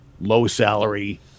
low-salary